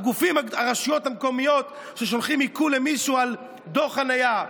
הרשויות המקומיות ששולחות עיקול למישהו על דוח חניה,